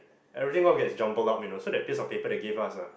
everything all gets jumbled up you know so that piece of paper they gave us ah